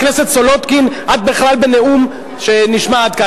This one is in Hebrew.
חברת הכנסת סולודקין, את בכלל בנאום שנשמע עד כאן.